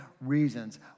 reasons